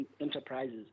enterprises